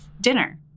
Dinner